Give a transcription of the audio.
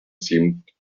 seemed